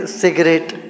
cigarette